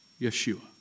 Yeshua